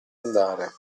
andare